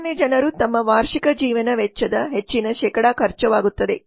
ಸಾಮಾನ್ಯ ಜನರು ತಮ್ಮ ವಾರ್ಷಿಕ ಜೀವನ ವೆಚ್ಚದ ಹೆಚ್ಚಿನ ಶೇಕಡಾ ಖರ್ಚ ವಾಗುತ್ತದೆ